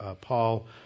Paul